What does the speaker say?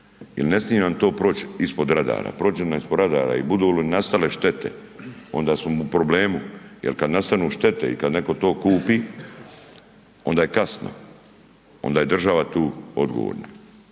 jel ne smi nam to proć ispod radara, prođe li nam ispod radara i budu li nastale štete, onda smo u problemu jel kad nastanu štete i kad netko to kupi onda je kasno, onda je država tu odgovorna